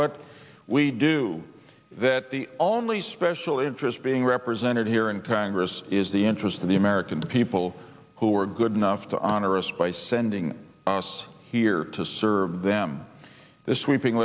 what we do that the only special interest being represented here in congress is the interest of the american people who are good enough to honor us by sending us here to serve them this weeping